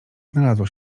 znalazło